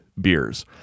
beers